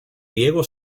diego